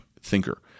thinker